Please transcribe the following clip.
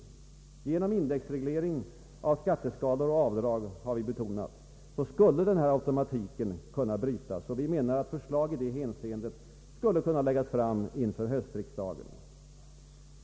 Genom indexreglering av skatteskalorna och avdrag — har vi betonat — skulle automatiken kunna brytas. Vi menar att förslag i det hänseendet skulle kunna framläggas inför höstriksdagen.